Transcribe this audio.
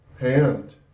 hand